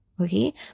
Okay